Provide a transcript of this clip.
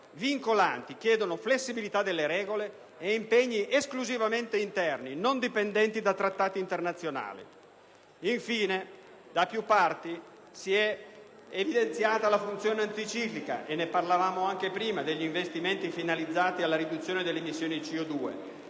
vincolanti: chiedono flessibilità delle regole ed impegni esclusivamente interni, non dipendenti da trattati internazionali. Infine, da più parti si è evidenziata la funzione anticiclica, e ne parlavamo anche prima, degli investimenti finalizzati alla riduzione delle emissioni di CO2.